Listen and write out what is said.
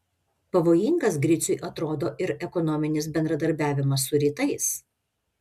pavojingas griciui atrodo ir ekonominis bendradarbiavimas su rytais